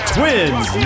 Twins